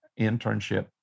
internship